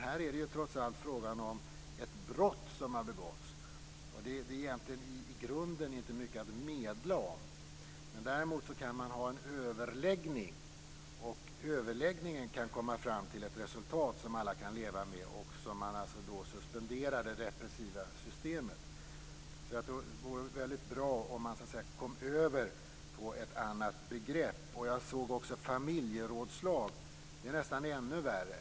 Här är det trots allt fråga om ett brott som har begåtts, och i grunden är det inte mycket att medla om. Däremot kan man ha en överläggning som kan komma fram till ett resultat som alla kan leva med och som gör att man suspenderar det repressiva systemet. Det vore väldigt bra om man kom fram till ett annat begrepp. Jag såg också benämningen familjerådslag. Det är nästan ännu värre.